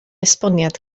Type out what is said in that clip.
esboniad